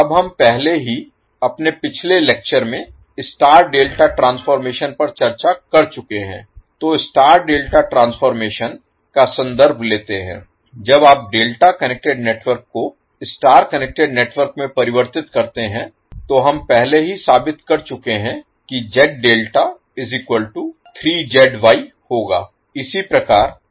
अब हम पहले ही अपने पिछले लेक्चर में स्टार डेल्टा ट्रांसफॉर्मेशन पर चर्चा कर चुके हैं तो स्टार डेल्टा ट्रांसफॉर्मेशन का संदर्भ लेते हैं जब आप डेल्टा कनेक्टेड नेटवर्क को स्टार कनेक्टेड नेटवर्क में परिवर्तित करते हैं तो हम पहले ही साबित कर चुके हैं कि होगा